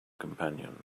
companion